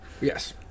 Yes